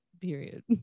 period